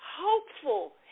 hopeful